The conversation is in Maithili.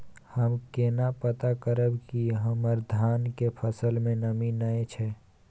हम केना पता करब की हमर धान के फसल में नमी नय छै?